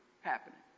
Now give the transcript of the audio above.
happening